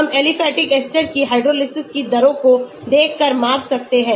हम aliphatic ester की hydrolysis की दरों को देखकर माप सकते हैं